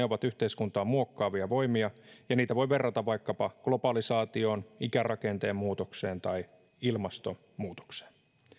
ovat yhteiskuntaa muokkaavia voimia ja niitä voi verrata vaikkapa globalisaatioon ikärakenteen muutokseen tai ilmastonmuutokseen